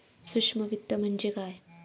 सूक्ष्म वित्त म्हणजे काय?